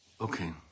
Okay